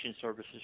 services